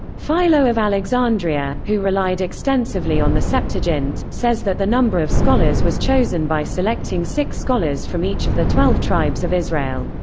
philo of alexandria, who relied extensively on the septuagint, says that the number of scholars was chosen by selecting six scholars from each of the twelve tribes of israel.